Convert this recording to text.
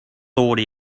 thought